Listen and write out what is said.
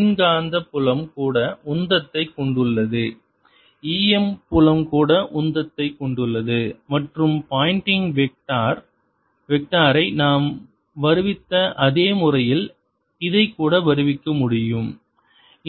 மின்காந்த புலம் கூட உந்தத்தை கொண்டுள்ளது E M புலம் கூட உந்தத்தை கொண்டுள்ளது மற்றும் பாயிண்ட்டிங் வெக்டார் ஐ நாம் வருவித்த அதே முறையில் இதைக்கூட வருவிக்க முடியும்